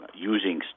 using